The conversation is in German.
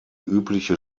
übliche